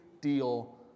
deal